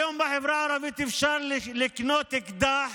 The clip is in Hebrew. היום בחברה הערבית אפשר לקנות אקדח